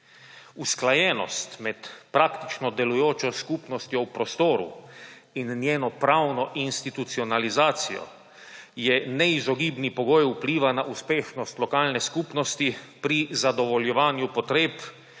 Usklajenost med praktično delujočo skupnostjo v prostoru in njeno pravno institucionalizacijo je neizogibni pogoj vpliva na uspešnost lokalne skupnosti pri zadovoljevanju potreb,